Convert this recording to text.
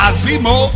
Azimo